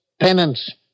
Penance